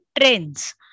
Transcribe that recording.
trends